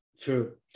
true